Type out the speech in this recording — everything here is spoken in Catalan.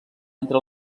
entre